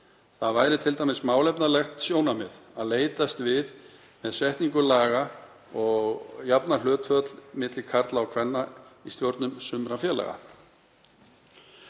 Það væri t.d. málefnalegt sjónarmið að leitast við með setningu laga að jafna hlutföll milli karla og kvenna í stjórnum sumra félaga.